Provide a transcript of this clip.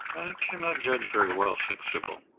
cannot judge very well, said sybil.